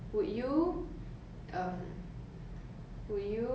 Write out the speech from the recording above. eh no not I don't think they have leave it option I think it's more of 你会